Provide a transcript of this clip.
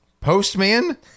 Postman